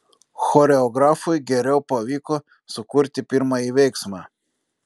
choreografui geriau pavyko sukurti pirmąjį veiksmą